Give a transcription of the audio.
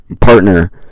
partner